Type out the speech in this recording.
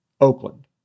Oakland